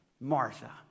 Martha